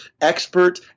expert